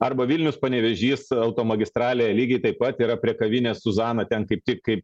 arba vilnius panevėžys automagistralėje lygiai taip pat yra prie kavinės suzana ten kaip tik kaip